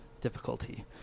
difficulty